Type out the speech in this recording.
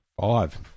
Five